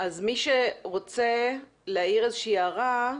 מי שרוצה להעיר איזושהי הערה,